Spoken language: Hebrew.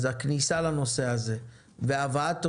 הכניסה לנושא הזה והבאת תוצאות,